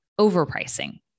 overpricing